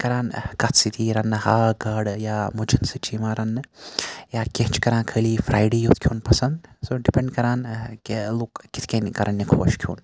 کَران کَتھ سۭتۍ یِیہِ رَننہٕ ہاکھ گاڈٕ یا مُجن سۭتۍ چھِ یِوان رَننہٕ یا کینٛہہ چھِ کَران خٲلی فرایڈٕے یوت کھیٚون پَسَنٛد سو ڈِپنٛڈ کَران کہِ لُکھ کِتھ کنۍ کَرَن یہِ خۄش کھیوٚن